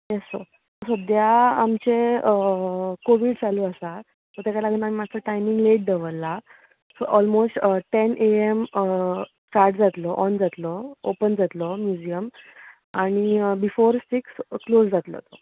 येस sir सद्द्याक आमचे Covid चालू आसा सो तेका लागून आमी मातसो टायमींग लेट दवरला so almost ten A M start जातलो ओन जातलो ओपन जातलो म्युजियम आनी बिफोर सीक्स क्लोज जातलो